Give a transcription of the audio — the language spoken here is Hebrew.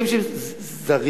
זרים